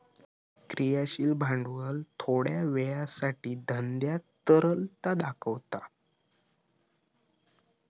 क्रियाशील भांडवल थोड्या वेळासाठी धंद्यात तरलता दाखवता